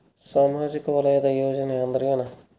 ಸಾಮಾಜಿಕ ವಲಯದ ಯೋಜನೆ ಅಂದ್ರ ಏನ?